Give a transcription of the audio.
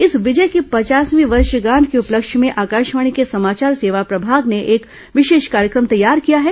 इस विजय की पचासवीं वर्षगांठ के उपलक्ष्य में आकाशवाणी के समाचार सेवा प्रभाग ने एक विशेष कार्यक्रम तैयार किया है